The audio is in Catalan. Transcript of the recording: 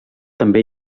també